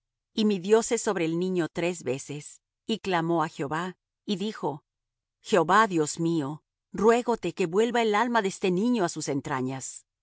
y midióse sobre el niño tres veces y clamó á jehová y dijo jehová dios mío ruégote que vuelva el alma de este niño á sus entrañas